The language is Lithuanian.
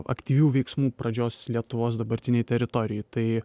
aktyvių veiksmų pradžios lietuvos dabartinėj teritorijoj tai